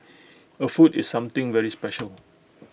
A foot is something very special